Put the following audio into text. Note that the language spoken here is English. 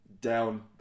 down